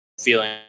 feeling